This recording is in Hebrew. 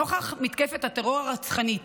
נוכח מתקפת הטרור הרצחנית